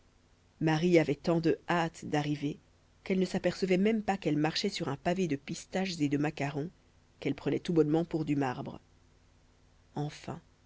marie avait tant de hâte d'arriver qu'elle ne s'apercevait même pas qu'elle marchait sur un pavé de pistaches et de macarons qu'elle prenait tout bonnement pour du marbre enfin